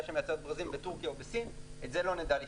שמייצרת ברזים בטורקיה או בסין את זה לא נדע לפתור.